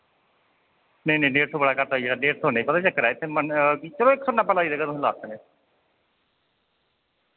नेईं नेईं डेढ़ सौ बड़ा घट होई जाना डेढ़ सौ नि पता केह् चक्कर ऐ इत्थै म चलो इक सौ नब्बै लाई देगा तुसें ई लास्ट